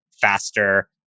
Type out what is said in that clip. faster